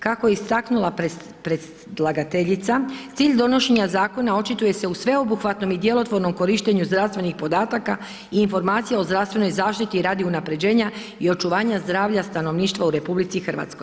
Kako je istaknula predlagateljica, cilj donošenja zakona očituje se u sveobuhvatnom i djelotvornom korištenju zdravstvenih podataka i informacija o zdravstvenoj zaštiti radi unaprjeđenja i očuvanja zdravlja stanovništva u RH.